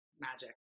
magic